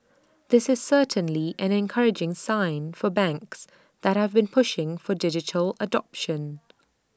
this is certainly an encouraging sign for banks that have been pushing for digital adoption